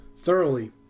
thoroughly